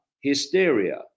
hysteria